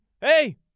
Hey